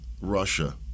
Russia